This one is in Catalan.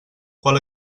qual